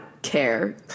care